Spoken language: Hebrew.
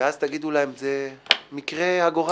ואז תגידו להם: זה מקרה הגורל,